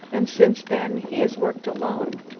and since then he has worked alone.